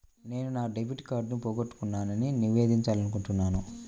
నేను నా డెబిట్ కార్డ్ని పోగొట్టుకున్నాని నివేదించాలనుకుంటున్నాను